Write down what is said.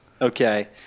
Okay